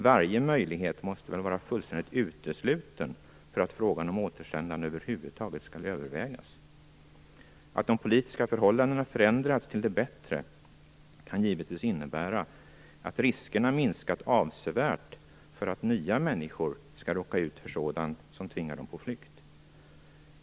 Varje möjlighet måste väl vara fullständigt utesluten för att ett återsändande över huvud taget skall övervägas. Att de politiska förhållandena förändras till det bättre kan givetvis innebära att riskerna minskat avsevärt för att nya människor skall råka ut för sådant som tvingar dem på flykt.